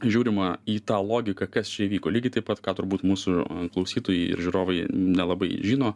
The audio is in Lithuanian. žiūrima į tą logiką kas čia įvyko lygiai taip pat ką turbūt mūsų klausytojai ir žiūrovai nelabai žino